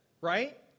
right